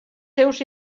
seus